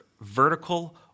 vertical